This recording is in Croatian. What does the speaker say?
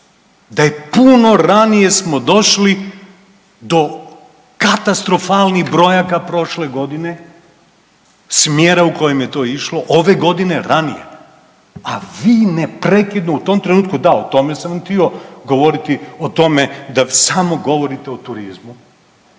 da puno ranije smo došli do katastrofalnih brojaka prošle godine iz smjera u kojem je to išlo, ove godine ranije, a vi neprekidno u tom trenutku da o tome sam htio govoriti o tome da samo govorite o turizmu